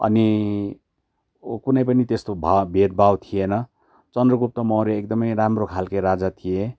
अनि कुनै पनि त्यस्तो भ भेदभाव थिएन चन्द्रगुप्त मौर्य एकदमै राम्रो खालको राजा थिए